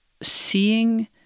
seeing